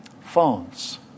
Phones